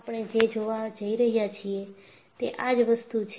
આપણે જે જોવા જઈ રહ્યા છીએ તે આજ વસ્તુ છે